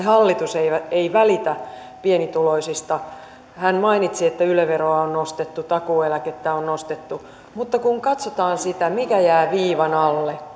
hallitus ei välitä pienituloisista hän mainitsi että yle veroa on alennettu takuueläkettä on nostettu mutta katsotaan sitä mikä jää viivan alle